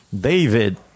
David